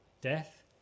death